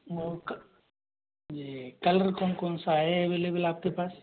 वो क जी कलर कौन कौन सा है अवैलबल है आप के पास